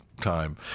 time